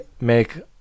make